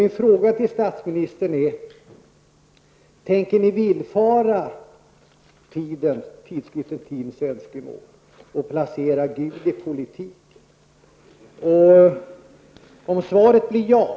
Min fråga till statsministern är: Tänker ni villfara tidskriften Tidens önskemål och placera Gud i politiken?